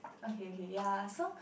okay okay ya so